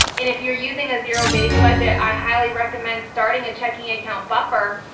and if you're using a zero based budget, i highly recommend starting a checking account buffer,